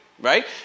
Right